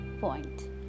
point